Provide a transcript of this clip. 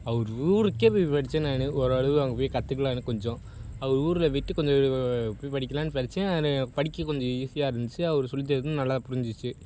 அவர் ஊருக்கே போய் படித்தேன் நான் ஓரளவு அங்கே போய் கற்றுக்கலானு கொஞ்சம் அவர் ஊரில் போய்விட்டு கொஞ்சம் போய் படிக்கலானு படித்தேன் நான் படிக்க கொஞ்சம் ஈசியாக இருந்துச்சு அவர் சொல்லி தந்தது நல்லா புரிஞ்சுச்சு